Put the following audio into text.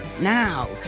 now